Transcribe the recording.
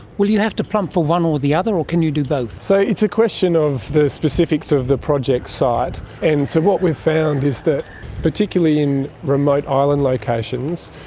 will you have to plump for one or the other, or can you do both? so it's a question of the specifics of the project site, and so what we've found is that particularly in remote island locations,